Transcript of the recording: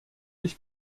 ich